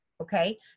Okay